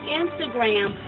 instagram